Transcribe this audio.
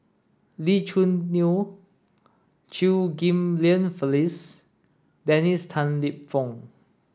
Lee Choo Neo Chew Ghim Lian Phyllis Dennis Tan Lip Fong